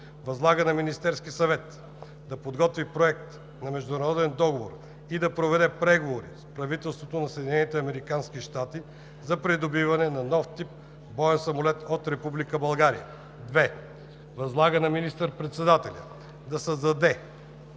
Възлага на Министерския съвет да подготви проект на международен договор и да проведе преговори с правителството на Съединените американски щати за придобиване на нов тип боен самолет от Република България. 2. Възлага на министър-председателя да създаде